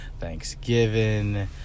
Thanksgiving